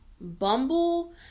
Bumble